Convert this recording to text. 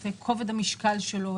את כובד המשקל שלו,